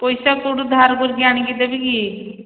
ପଇସା କେଉଁଠୁ ଧାର କରିକି ଆଣିକି ଦେବି କି